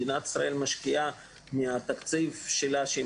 מדינת ישראל משקיעה מהתקציב שלה שהיא